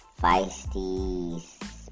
feisty